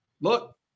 look